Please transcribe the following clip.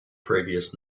previous